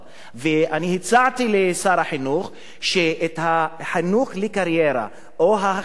ואני הצעתי לשר החינוך שהחינוך לקריירה או ההכוונה או